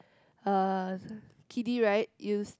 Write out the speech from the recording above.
uh kiddy ride you s~